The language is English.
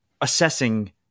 assessing